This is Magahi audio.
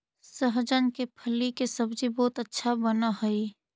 सहजन के फली के सब्जी बहुत अच्छा बनऽ हई